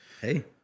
Hey